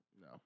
No